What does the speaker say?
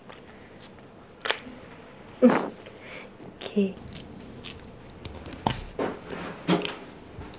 K